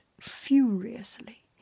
furiously